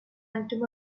anthem